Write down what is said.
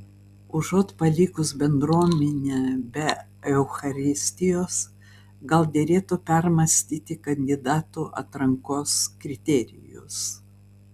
užuot palikus bendruomenę be eucharistijos gal derėtų permąstyti kandidatų atrankos kriterijus